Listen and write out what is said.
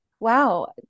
Wow